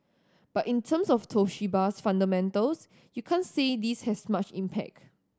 but in terms of Toshiba's fundamentals you can't say this has much impact